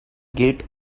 gate